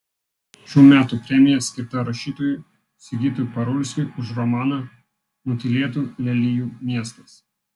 šių metų premija skirta rašytojui sigitui parulskiui už romaną nutylėtų lelijų miestas